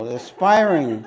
aspiring